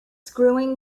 screwing